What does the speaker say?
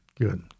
good